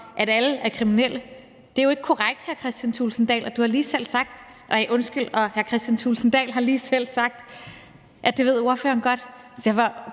om alle er kriminelle. Det er jo ikke korrekt, og hr. Kristian Thulesen Dahl har lige selv sagt, at det ved han godt.